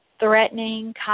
threatening